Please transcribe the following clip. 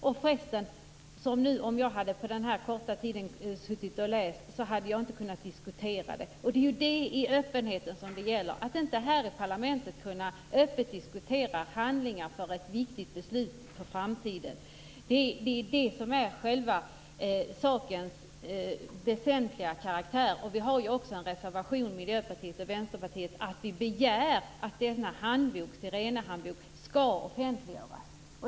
Och om jag nu hade läst dem på den här korta tiden hade jag inte kunnat diskutera dem. Det är det frågan om öppenheten gäller. Att vi här i parlamentet inte öppet kan diskutera handlingar kring ett viktigt beslut inför framtiden är det väsentliga. Miljöpartiet och Vänsterpartiet har ju också en reservation där vi begär att Sirenehandboken skall offentliggöras.